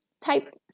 type